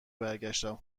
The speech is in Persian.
برگشتم